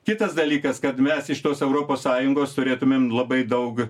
kitas dalykas kad mes iš tos europos sąjungos turėtumėm labai daug